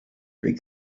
free